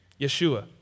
Yeshua